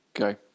Okay